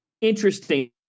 Interesting